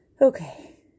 Okay